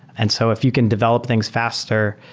and so if you can develop things faster,